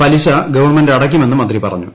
പലിശ ഗവൺമെന്റ് അടയ്ക്കുമെന്നും മന്ത്രി പറഞ്ഞു